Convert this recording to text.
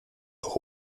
auch